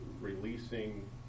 releasing